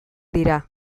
dira